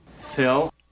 Phil